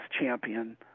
champion